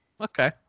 Okay